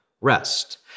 rest